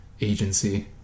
agency